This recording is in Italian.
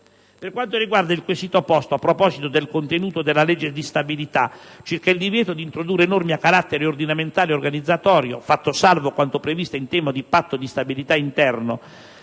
Per quanto riguarda il quesito posto, a proposito del contenuto della legge di stabilità, circa il divieto di introdurre norme a carattere ordinamentale o organizzatorio, fatto salvo quanto previsto in tema di patto di stabilità interno